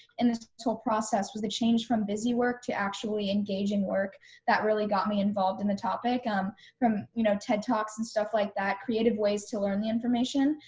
in this whole process was the change from busy work to actually engaging work that really got me involved in the topic, um from you know ted talks and stuff like that, creative ways to learn the information,